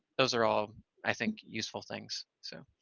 those are all i think useful things, so.